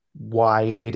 wide